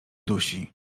dusi